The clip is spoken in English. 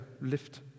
lift